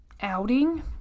outing